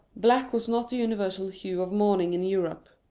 black was not the universal hue of mourning in europe.